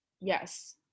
Yes